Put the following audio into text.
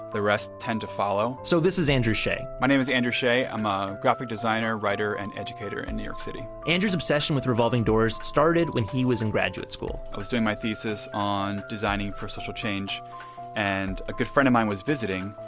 the rest tend to follow so this is andrew shea my name is andrew shea. i'm a graphic designer, writer and educator in new york city andrew's obsession with revolving doors started when he was in graduate school i was doing my thesis on designing for social change and a good friend of mine was visiting.